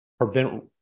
prevent